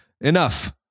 enough